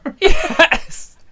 yes